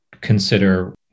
consider